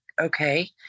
okay